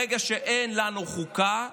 ברגע שאין לנו חוקה,